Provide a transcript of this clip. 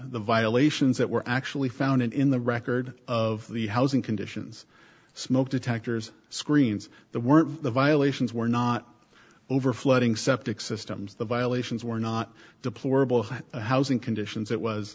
the violations that were actually found in the record of the housing conditions smoke detectors screens the weren't the violations were not over flooding septic systems the violations were not deplorable housing conditions it was